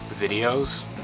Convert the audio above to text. videos